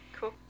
Cool